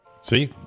see